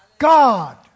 God